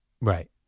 Right